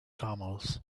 camels